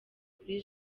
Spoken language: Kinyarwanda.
kuri